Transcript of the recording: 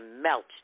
melt